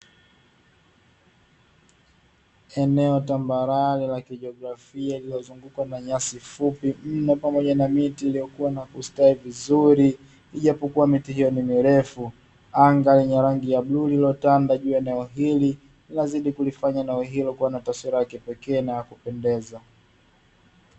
Eneo tambarare la kijografia liliwazungukwa na nyasi fupi mno, pamoja na miti iliyokuwa na kustawi vizuri ijapokuwa miti hiyo ni mirefu anga lenye rangi ya bluu lililotanda juu ya eneo hili linazidi kulifanya nawe hilo kuwa na taswira ya kipekee na kupendeza.